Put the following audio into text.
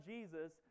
Jesus